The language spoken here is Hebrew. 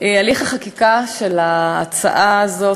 הליך החקיקה של ההצעה הזאת,